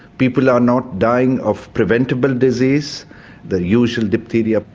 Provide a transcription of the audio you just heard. people are not dying of preventable disease the usual diphtheria,